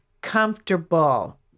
comfortable